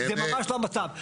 זה ממש לא המצב.